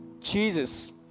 Jesus